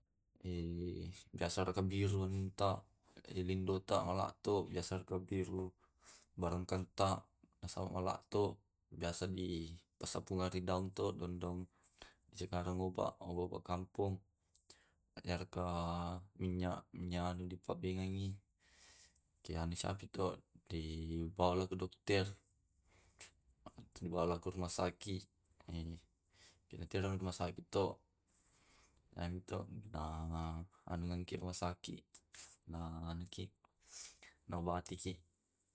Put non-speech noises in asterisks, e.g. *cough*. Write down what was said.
*hesitation* biasa raka birunta, de di dindota malatto biasa to biru barangkanta, nasaba malatto, biasa di tassampua ridaung to daung daung sekarang oba oba oba kampong. Iyaregaka minyak, minyak di pabengengi. Kiane sapi to di *hesitation* pala ke dokter, tu malako rumah sakit. Iyake tena rumah sakit to amitu na anu ke rumah sakit na batiki *hesitation*